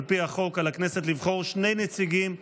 על פי החוק על הכנסת לבחור שני נציגים,